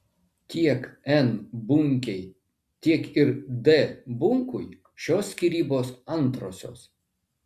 tiek n bunkei tiek ir d bunkui šios skyrybos antrosios